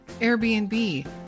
Airbnb